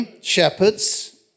Shepherds